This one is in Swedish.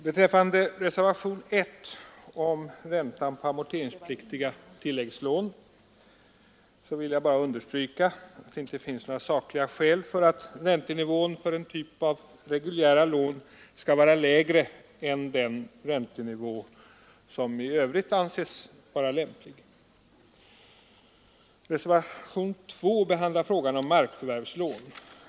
Beträffande reservationen 1 om räntan på amorteringspliktiga tilläggslån vill jag understryka att det inte finns sakliga skäl för att räntenivån för en typ av reguljära lån skall vara lägre än den räntenivå som i övrigt anses lämpligt. Reservationen 2 behandlar frågan om markförvärvslån.